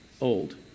old